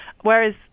whereas